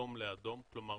אדום לאדום כלומר,